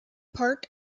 part